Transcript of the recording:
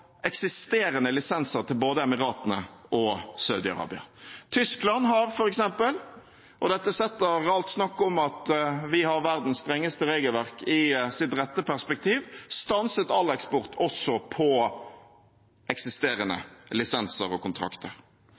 eksisterende lisenser til både Emiratene og Saudi-Arabia. Tyskland har f.eks. – og dette setter alt snakk om at vi har verdens strengeste regelverk, i sitt rette perspektiv – stanset all eksport, også på eksisterende lisenser og kontrakter.